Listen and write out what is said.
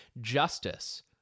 justice